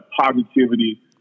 positivity